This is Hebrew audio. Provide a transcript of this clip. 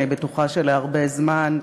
אני בטוחה שלהרבה זמן,